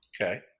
Okay